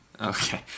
Okay